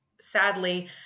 sadly